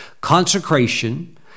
Consecration